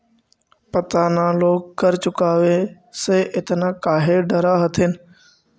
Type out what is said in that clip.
पता न लोग कर चुकावे से एतना काहे डरऽ हथिन